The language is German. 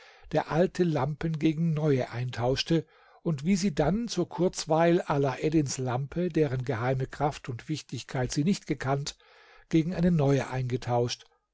der alte lampen gegen neue eintauschte und wie sie dann zur kurzweil alaeddins lampe deren geheime kraft und wichtigkeit sie nicht gekannt gegen eine neue eingetauscht